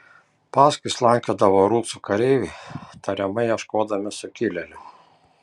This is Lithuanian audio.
paskui slankiodavo rusų kareiviai tariamai ieškodami sukilėlių